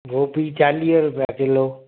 गोभी चालीह रूपिया किलो